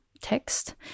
text